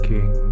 King